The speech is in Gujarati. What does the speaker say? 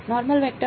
normal vector